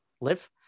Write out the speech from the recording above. live